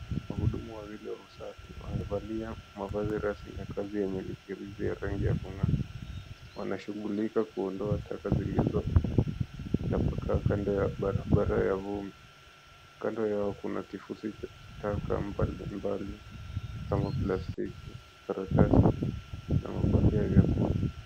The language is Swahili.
Wahudumu wawili wa usafi wamevalia mavazi rasmi ya kazi yenye michirizi ya rangi ya kung'aa, wanashughulika kuondoa taka zilizotapakaa kando ya barabara ya vumbi, kando yao kuna kifusi cha taka mbalimbali kama plastiki, karatasi na mabaki ya vyakula.